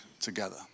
together